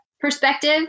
perspective